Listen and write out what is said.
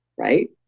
right